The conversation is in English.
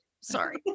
Sorry